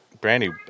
Brandy